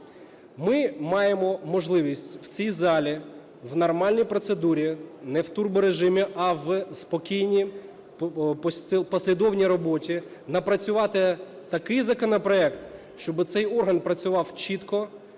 Ми маємо можливість в цій залі у нормальній процедурі, не в турборежимі, а в спокійній, послідовній роботі напрацювати такий законопроект, щоб цей орган працював чітко,